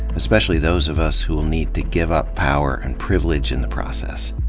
especially those of us who'll need to give up power and privilege in the process.